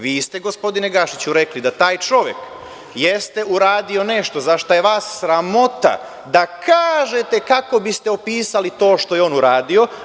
Vi ste, gospodine Gašiću, rekli da taj čovek jeste uradio nešto za šta je vas sramota da kažete kako biste opisali to što je on uradio.